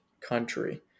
country